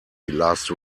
last